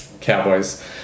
Cowboys